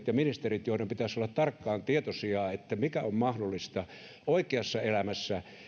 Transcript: ja ministereitä joiden pitäisi olla tarkkaan tietoisia siitä mikä on mahdollista oikeassa elämässä